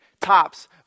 tops